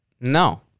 No